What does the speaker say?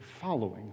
following